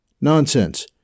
Nonsense